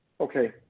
Okay